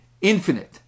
infinite